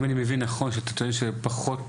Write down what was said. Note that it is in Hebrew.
אם אני מבין נכון, אתה טוען שיש פחות